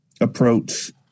approach